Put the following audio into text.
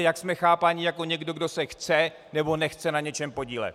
Jak jsme chápáni jako někdo, kdo se chce, nebo nechce na něčem podílet.